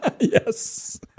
Yes